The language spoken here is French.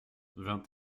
vingt